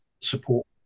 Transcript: support